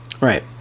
Right